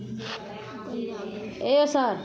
यौ सर